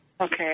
Okay